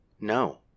No